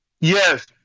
Yes